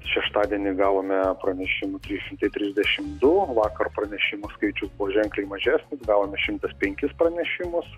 šeštadienį gavome pranešimų trys šimtai trisdešimt du vakar pranešimų skaičius buvo ženkliai mažesnis gavome šimtas penkis pranešimus